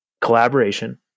collaboration